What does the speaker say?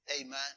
Amen